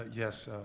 yes,